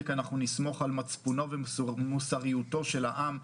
אנחנו נסמוך על מצפונו ומוסריותו של העם,